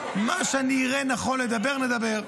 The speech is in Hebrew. מה שאני אראה נכון לדבר, נדבר.